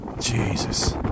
Jesus